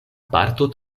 parto